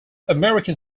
american